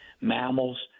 mammals